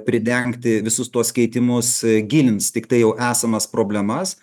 pridengti visus tuos keitimus gilins tiktai jau esamas problemas